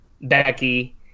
Becky